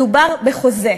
מדובר בחוזה.